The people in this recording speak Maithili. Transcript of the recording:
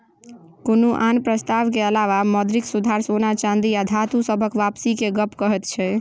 कुनु आन प्रस्ताव के अलावा मौद्रिक सुधार सोना चांदी आ धातु सबहक वापसी के गप कहैत छै